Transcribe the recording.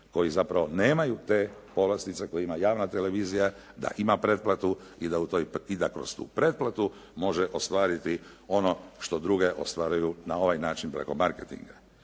koji zapravo nemaju te povlastice koje ima javna televizija da ima pretplatu i da kroz tu pretplatu može ostvariti ono što druge ostvaruju na ovaj način preko marketinga.